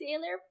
sailor